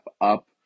up